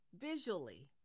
visually